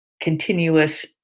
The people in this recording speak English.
continuous